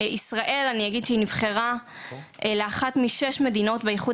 ישראל אני אגיד שהיא נבחרה לאחת משש מדינות באיחוד